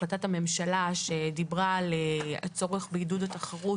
החלטת הממשלה שדיברה על הצורך בעידוד התחרות